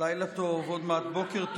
לילה טוב, עוד מעט בוקר טוב.